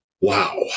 Wow